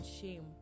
shame